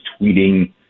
tweeting